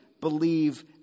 believe